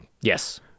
Yes